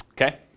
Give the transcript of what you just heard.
Okay